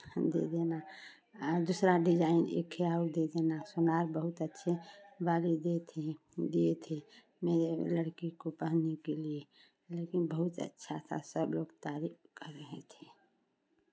दे देना और दूसरा डिजाइन एक ही और दे देना सुनार बहुत अच्छे बाली दिये थे दिये थे मेरे लड़कियों को पहने के लिए लेकिन बहुत अच्छा था सब लोग तारीफ़ कर रहे थे